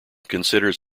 considers